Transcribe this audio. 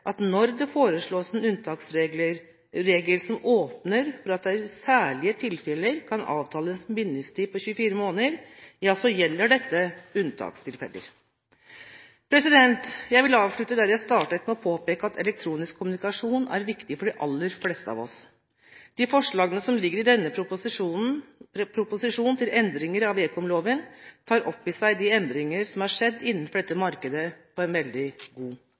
at når det foreslås en unntaksregel som åpner for at det i særlige tilfeller kan avtales en bindingstid på 24 måneder, ja så gjelder dette unntakstilfeller. Jeg vil avslutte der jeg startet – med å påpeke at elektronisk kommunikasjon er viktig for de aller fleste av oss. De forslagene som ligger i denne proposisjonen til endringer av ekomloven, tar opp i seg de endringer som har skjedd innenfor dette markedet, på en veldig god